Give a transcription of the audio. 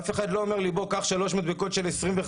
אף אחד לא אומר לי לקחת שלוש מדבקות של 25,